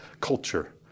culture